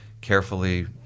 carefully